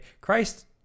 Christ